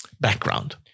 background